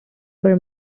were